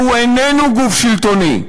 והוא איננו גוף שלטוני.